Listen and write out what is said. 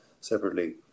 separately